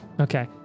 Okay